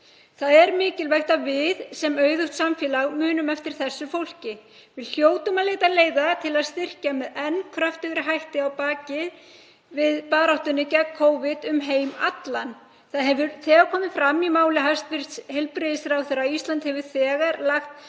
Það er mikilvægt að við sem auðugt samfélag munum eftir þessu fólki. Við hljótum að leita leiða til að styrkja með enn kröftugri hætti við bakið á baráttunni gegn Covid um heim allan. Það hefur komið fram í máli hæstv. heilbrigðisráðherra að Ísland hefur þegar lagt